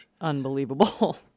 unbelievable